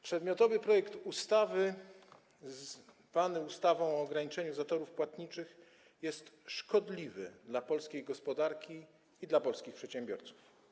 Przedmiotowy projekt ustawy dotyczący ograniczenia zatorów płatniczych jest szkodliwy dla polskiej gospodarki i dla polskich przedsiębiorców.